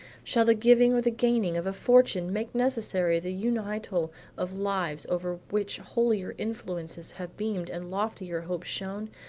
shall the giving or the gaining of a fortune make necessary the unital of lives over which holier influences have beamed and loftier hopes shone?